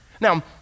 Now